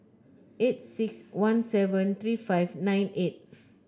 eight six one seven three five nine eight